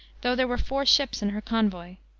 though there were four ships in her convoy.